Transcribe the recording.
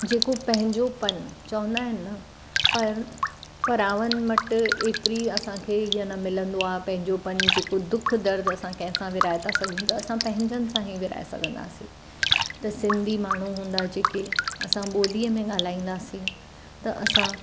जेको पंहिंजो पण चवंदा आहिनि न पर परावनि वटि एतिरी असांखे इहा न मिलंदो आहे पंहिंजो पण जेको दुखु दर्दु असांखे कंहिंसां विरिहाए था सघूं त असां पंहिंजनि सां ई विरिहाए सघंदासीं त सिंधी माण्हू हूंदा जेके असां ॿोलीअ में ॻाल्हाईंदासीं त असां